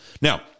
Now